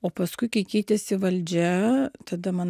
o paskui kai keitėsi valdžia tada man